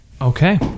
Okay